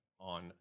on